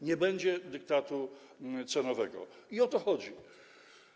Nie będzie dyktatu cenowego, i o to chodzi.